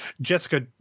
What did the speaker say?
Jessica